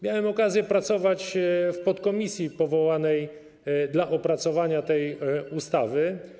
Miałem okazję pracować w podkomisji powołanej w celu opracowania tej ustawy.